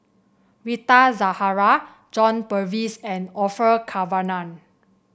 Rita Zahara John Purvis and Orfeur Cavenagh